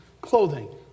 clothing